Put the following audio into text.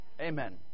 Amen